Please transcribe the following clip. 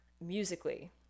musically